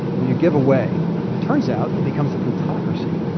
when you give away turns out, it becomes a plutocracy.